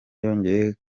yongeye